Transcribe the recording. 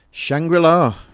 Shangri-La